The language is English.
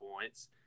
points